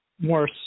more